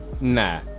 nah